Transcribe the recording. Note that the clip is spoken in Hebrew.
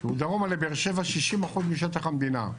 שהוא דרומה לבאר שבע, 50% 60% משטח המדינה,